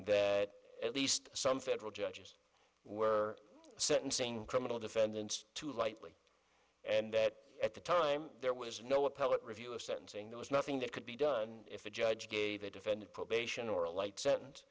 that at least some federal judges were sentencing criminal defendants too lightly and that at the time there was no appellate review of sentencing there was nothing that could be done if the judge gave a defendant probation or a light sentence